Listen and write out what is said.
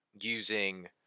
using